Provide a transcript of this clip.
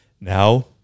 now